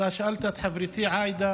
אתה שאלת את חברתי עאידה